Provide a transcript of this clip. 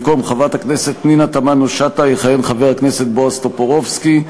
במקום חברת הכנסת פנינה תמנו-שטה יכהן חבר הכנסת בועז טופורובסקי,